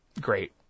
Great